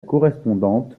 correspondante